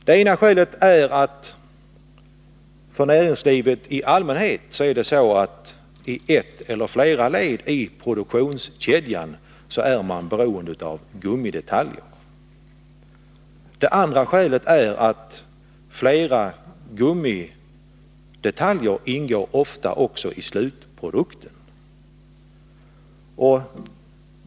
Det ena skälet är att inom näringslivet i allmänhet är man i ett eller flera led i produktionskedjan beroende av gummidetaljer. Det andra skälet är att flera gummidetaljer ofta också ingår i slutprodukten.